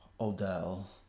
Odell